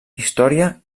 història